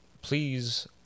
please